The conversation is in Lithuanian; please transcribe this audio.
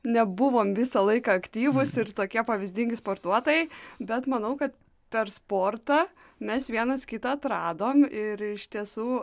nebuvom visą laiką aktyvūs ir tokie pavyzdingi sportuotojai bet manau kad per sportą mes vienas kitą atradom ir iš tiesų